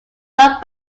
long